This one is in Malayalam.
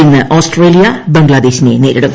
ഇന്ന് ഓസ്ട്രേലിയ ബംഗ്ലാദേശിനെ നേരിടും